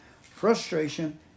frustration